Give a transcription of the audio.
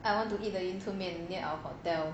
I want to eat the 云吞面 near our hotel